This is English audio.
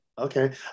okay